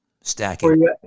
stacking